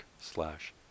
slash